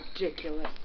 ridiculous